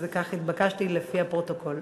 וכך התבקשתי לפי הפרוטוקול.